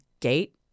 gate